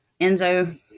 Enzo